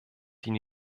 die